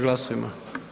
Glasujmo.